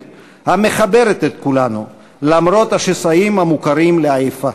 המחברת את כולנו למרות השסעים המוכרים לעייפה.